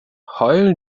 heulen